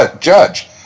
Judge